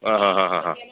હા હા હા